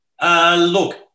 Look